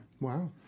Wow